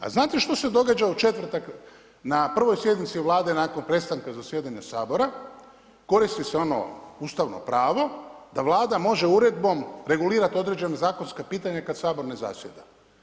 A znate što se događa u četvrtak na prvoj sjednici Vlade nakon prestanka zasjedanja Sabora, koristi se ono ustavno pravo da Vlada može uredbom regulirati određena zakonska pitanja kada Sabor ne zasjeda.